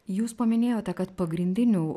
jūs paminėjote kad pagrindinių